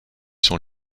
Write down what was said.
sont